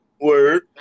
Word